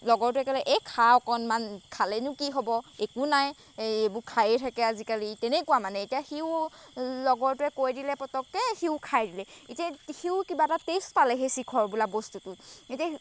লগৰটোৱে ক'লে এই খা অকণমান খালেনো কি হ'ব একো নাই এইবোৰ খায়েই থাকে আজিকালি তেনেকুৱা মানে এতিয়া সিও লগৰটোৱে কৈ দিলে পতককৈ সিও খাই দিলে এতিয়া সিও কিবা এটা টেষ্ট পালে সেই চিখৰ বোলা বস্তুটো এতিয়া